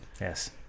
Yes